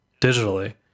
digitally